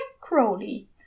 Crowley